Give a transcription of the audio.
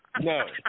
No